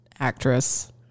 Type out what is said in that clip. actress